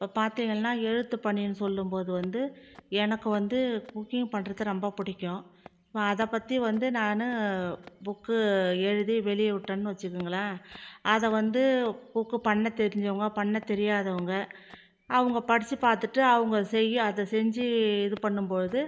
இப்போ பார்த்திங்கள்னா எழுத்துப்பணினு சொல்லும் போது வந்து எனக்கு வந்து குக்கிங் பண்ணுறது ரொம்ப பிடிக்கும் அதைப்பத்தி வந்து நான் ஃபுக் எழுதி வெளியவிட்டேன்னு வச்சுக்கோங்களேன் அதை வந்து குக் பண்ண தெரிஞ்சவங்க பண்ண தெரியாதவங்க அவங்க படித்து பார்த்துட்டு அவங்க செய்ய அதை செஞ்சு இது பண்ணும் பொழுது